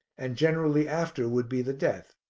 and generally after would be the death.